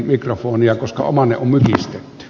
otetaan heidät ensiksi